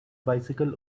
bicycle